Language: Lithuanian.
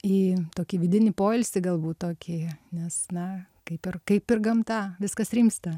į tokį vidinį poilsį galbūt tokį nes na kaip ir kaip ir gamta viskas rimsta